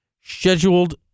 scheduled